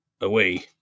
away